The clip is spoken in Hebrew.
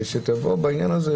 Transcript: שתבוא בעניין הזה,